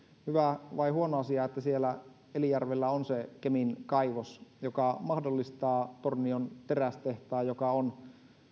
hyvä vai huono asia että siellä elijärvellä on se kemin kaivos joka mahdollistaa tornion terästehtaan joka on